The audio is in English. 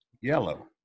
yellow